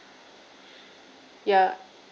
ya